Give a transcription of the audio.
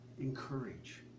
encourage